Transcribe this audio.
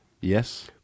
Yes